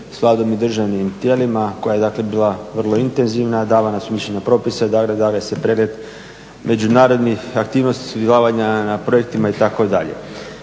Vladom i državnim tijelima koja je dakle bila vrlo intenzivna, dala razmišljanja propisa i dalje, dalje se predaje međunarodnih aktivnosti, sudjelovanja na projektima itd.